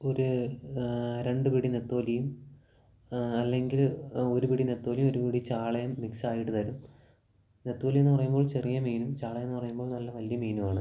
ഒരു രണ്ട് പിടി നെത്തോലിയും അല്ലെങ്കിൽ ഒരു പിടി നെത്തോലിയും ഒരു പിടി ചാളയും മിക്സ് ആയിട്ട് തരും നെത്തോലി എന്ന് പറയുമ്പോൾ ചെറിയ മീനും ചാള എന്ന് പറയുമ്പോൾ നല്ല വലിയ മീനുമാണ്